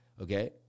okay